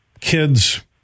kids